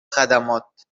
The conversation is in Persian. خدمات